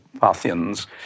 Parthians